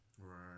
Right